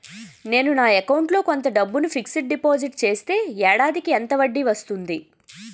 నేను నా అకౌంట్ లో కొంత డబ్బును ఫిక్సడ్ డెపోసిట్ చేస్తే ఏడాదికి ఎంత వడ్డీ వస్తుంది?